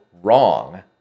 wrong